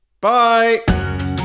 Bye